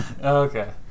Okay